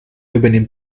übernimmt